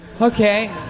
Okay